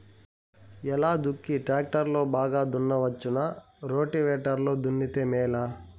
ఎలా దుక్కి టాక్టర్ లో బాగా దున్నవచ్చునా రోటివేటర్ లో దున్నితే మేలా?